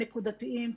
נקודתיים,